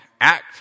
act